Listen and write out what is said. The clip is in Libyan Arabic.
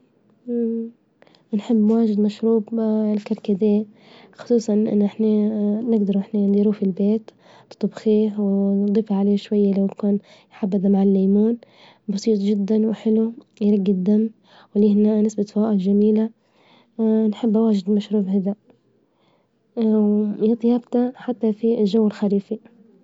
نحب واجد مشروب الكركديه، خصوصا إن إحنا نجدر إحنا نديروه في البيت، تطبخيه ونظيف عليه شوية لو كان حبذا مع الليمون، بسيط جدا، وحلو يرقي الدم والي هنا نسبة فوائد جميلة، نحبه واجد المشروب هذا ويطيب حتى في الجوالخريفي.